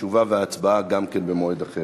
תשובה והצבעה גם כן במועד אחר.